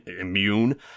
immune